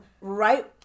right